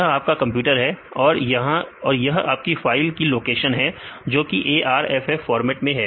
यह आपका कंप्यूटर है और यह आपकी फाइल की लोकेशन है जोकि arff फॉर्मेट मैं है